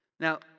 Now